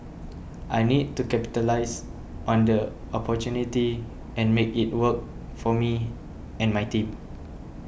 I need to capitalise on the opportunity and make it work for me and my team